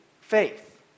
faith